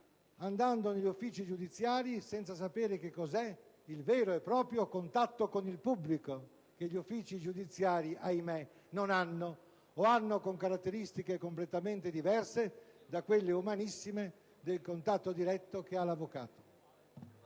andando negli uffici giudiziari, senza sapere cos'è il vero e proprio contatto con il pubblico, che gli uffici giudiziari - ahimè - non hanno, o hanno con caratteristiche completamente diverse da quelle, umanissime, del contatto diretto che ha l'avvocato.